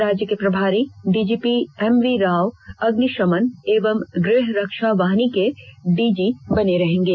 राज्य के प्रभारी डीजीपी एमवी राव अग्निशमन एवं गृह रक्षा वाहिनी के डीजी बने रहेंगे